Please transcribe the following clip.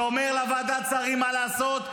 שאומר לוועדת השרים מה לעשות,